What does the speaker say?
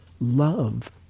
love